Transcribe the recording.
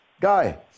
guy